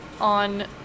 on